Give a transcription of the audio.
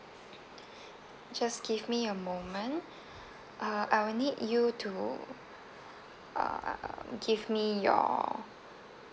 just give me a moment uh I will need you to uh give me your